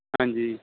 ਹਾਂਜੀ